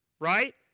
right